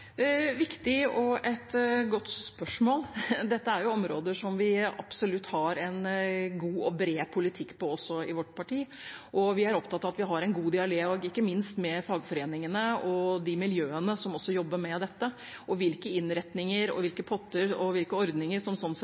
godt spørsmål. Dette er områder som vi absolutt har en god og bred politikk for også i vårt parti. Vi er opptatt av å ha en god dialog ikke minst med fagforeningene og miljøene som jobber med dette. Hvilke innretninger, hvilke potter og hvilke ordninger som